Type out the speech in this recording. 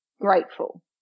grateful